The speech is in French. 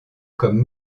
comme